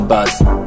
Buzz